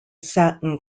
satin